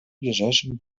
ближайшем